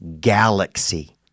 Galaxy